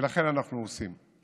ולכן, אנחנו עושים.